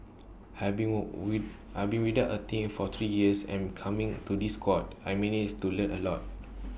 have been with I've been without A team for three years and coming to this squad I've managed to learn A lot